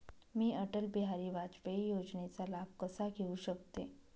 मी अटल बिहारी वाजपेयी योजनेचा लाभ कसा घेऊ शकते?